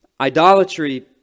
idolatry